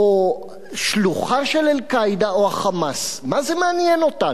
או שלוחה של "אל-קאעידה" או ה"חמאס"; מה זה מעניין אותנו?